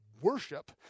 worship